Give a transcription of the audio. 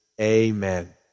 Amen